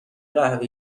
قهوه